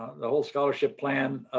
the whole scholarship plan,